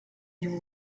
you